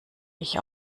ich